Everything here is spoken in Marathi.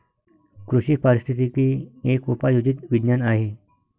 कृषी पारिस्थितिकी एक उपयोजित विज्ञान आहे